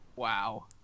Wow